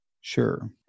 Sure